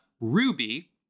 Ruby